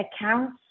accounts